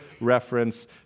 reference